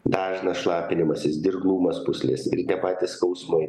dažnas šlapinimasis dirglumas pūslės ir tie patys skausmai